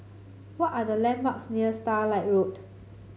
what are the landmarks near Starlight Road